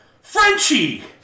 Frenchie